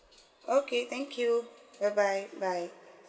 okay thank you bye bye bye